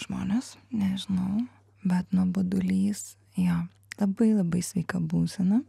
žmonės nežinau bet nuobodulys jo labai labai sveika būsena